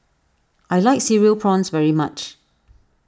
I like Cereal Prawns very much